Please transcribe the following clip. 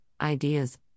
ideas